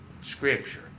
Scripture